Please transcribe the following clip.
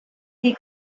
die